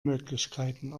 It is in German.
möglichkeiten